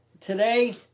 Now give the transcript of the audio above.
today